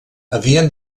havien